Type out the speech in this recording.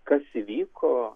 kas įvyko